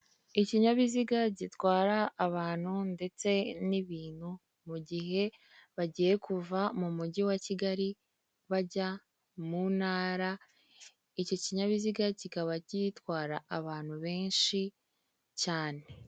Ikinyabiziga gitwara abantu ndetse n'ibintu mugihe bagiye kuva mu mujyi wa Kigali bajya mu ntara, icyo kinyabiziga kikaba gitwara abantu benshi cyane.